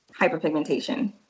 hyperpigmentation